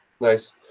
nice